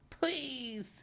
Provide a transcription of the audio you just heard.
please